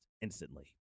instantly